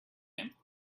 him